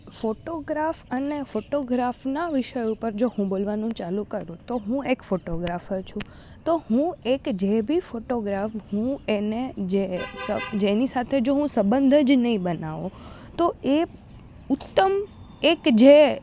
photograph અને ફોટોગ્રાફના વિષય ઉપર જો હું બોલવાનું ચાલું કરું તો હું એક ફોટોગ્રાફર છું તો હું એક જે બી ફોટોગ્રાફ હું એને જે જેની સાથે જો હું સંબંધ જ નહીં બનાવું તો એ ઉત્તમ એક જે